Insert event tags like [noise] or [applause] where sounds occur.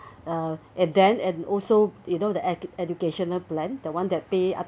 [breath] uh and then and also you know the educa~educational plan the one that pay up